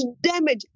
damage